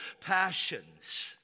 passions